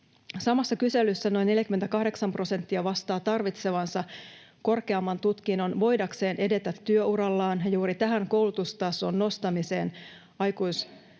Samassa kyselyssä noin 48 prosenttia vastasi tarvitsevansa korkeamman tutkinnon voidakseen edetä työurallaan. Juuri tähän koulutustason nostamiseen aikuisten